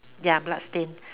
ya blood stain